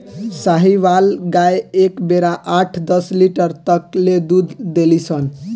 साहीवाल गाय एक बेरा आठ दस लीटर तक ले दूध देली सन